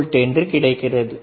5mV என்று கிடைக்கிறது